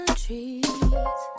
trees